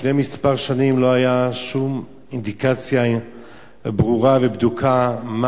לפני כמה שנים לא היתה שום אינדיקציה ברורה ובדוקה מה